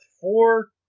four